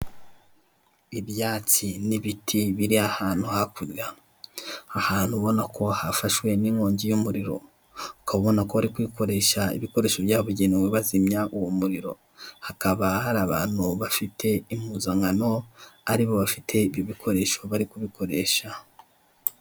Ibyatsi n'ibiti, biri ahantu hakurya, ahantu ubona ko hafashwa n'inkongi y'umuriro. Ukaba ubona ko bari kuyikoresha ibikoresho byagunewe, bazimya uwo muriro. Hakaba hari abantu bafite impuzankano, ari bo bafite ibyo bikoresho, bari kubikoresha.